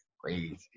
Crazy